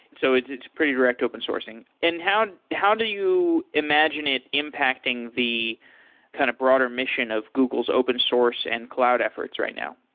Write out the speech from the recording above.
so, it's it's pretty direct open sourcing. and how how do you imagine it impacting the kind of broader mission of google's open source and cloud efforts right now?